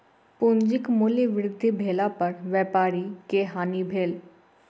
पूंजीक मूल्य वृद्धि भेला पर व्यापारी के हानि भेल